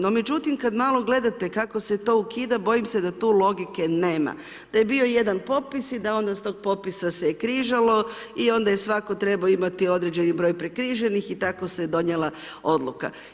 No, međutim kad malo gledate kako se to ukida bojim se da tu logike nema, da je bio jedan popis i da onda s tog popisa se je križalo i onda je svako trebao imati određeni broj prekriženih i tako se je donijela odluka.